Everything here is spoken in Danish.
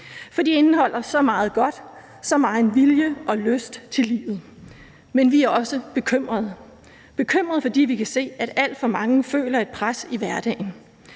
De indeholder så meget godt, så meget vilje og lyst til livet. Men vi er også bekymrede, fordi vi kan se, at alt for mange føler et pres i hverdagen